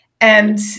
And-